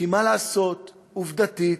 כי מה לעשות, עובדתית,